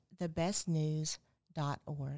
thebestnews.org